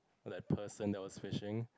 that person that was fishing